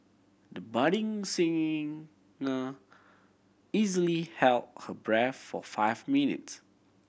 the budding singer easily held her breath for five minutes